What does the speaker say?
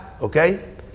Okay